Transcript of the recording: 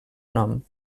nom